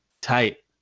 tight